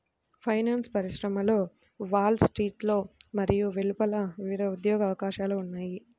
finance పరిశ్రమలో Wall స్ట్రీట్లో మరియు వెలుపల వివిధ ఉద్యోగ అవకాశాలు ఉన్నాయి